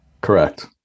Correct